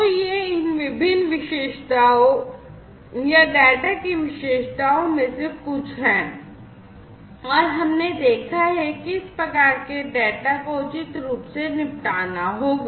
तो ये इन विभिन्न विशेषताओं या डेटा की विशेषताओं में से कुछ हैं और हमने देखा है कि इस प्रकार के डेटा को उचित रूप से निपटाना होगा